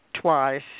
twice